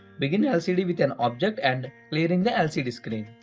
begin lcd with an object, and clearing the lcd screen.